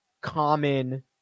common